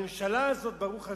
הממשלה הזאת, ברוך השם,